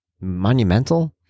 monumental